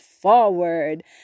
forward